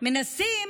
מנסים